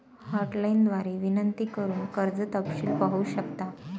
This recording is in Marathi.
हॉटलाइन द्वारे विनंती करून कर्ज तपशील पाहू शकता